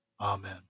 Amen